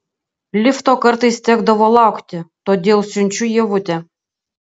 lifto kartais tekdavo laukti todėl siunčiu ievutę